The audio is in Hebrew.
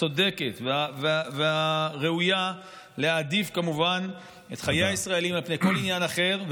הצודקת והראויה להעדיף כמובן את חיי הישראלים על פני כל עניין אחר,